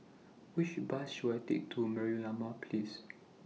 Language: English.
Which Bus should I Take to Merlimau Place